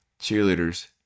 cheerleaders